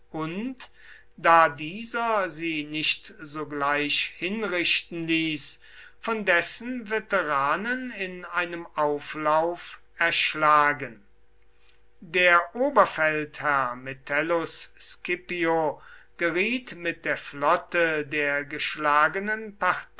und da dieser sie nicht sogleich hinrichten ließ von dessen veteranen in einem auflauf erschlagen der oberfeldherr metellus scipio geriet mit der flotte der geschlagenen